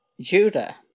Judah